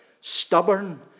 stubborn